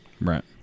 right